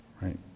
Right